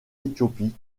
éthiopie